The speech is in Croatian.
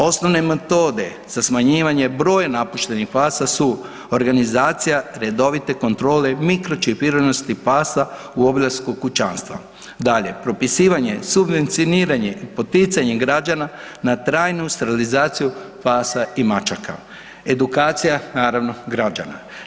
Osnovne metode za smanjivanje broja napuštenih pasa su organizacija, redovite kontrole, mikročipiranosti pasa u obilasku kućanstva, dalje, propisivanje, subvencioniranje, poticanje građana na trajnu sterilizaciju pasa i mačaka, edukacija naravno građana.